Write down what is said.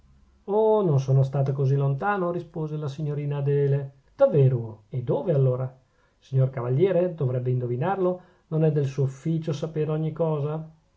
oh non sono stata così lontano rispose la signorina adele davvero o dove allora signor cavaliere dovrebbe indovinarlo non è del suo ufficio sapere ogni cosa